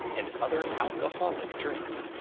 and other alcoholic drinks.